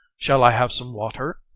shall i have some water?